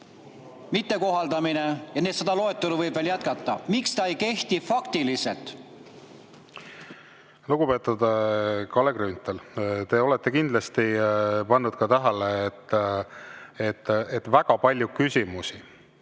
mitte kohaldamine, ja seda loetelu võib jätkata. Miks see ei kehti faktiliselt? Lugupeetud Kalle Grünthal! Te olete kindlasti pannud tähele, et väga paljud küsimused,